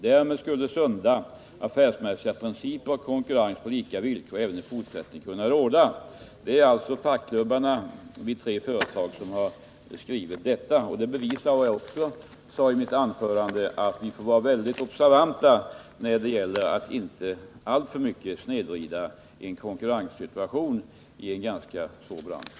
Därmed skulle sunda affärsmässiga principer om konkurrens på lika villkor även i fortsättningen kunna råda. Det är som sagt fackklubbarna vid tre företag som har skrivit detta, och det bevisar vad jag också sade i mitt anförande, nämligen att vi får vara mycket observanta när det gäller att inte alltför mycket snedvrida konkurrensen i en svår bransch.